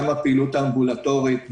גם הפעילות האמבולטורית,